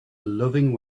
loving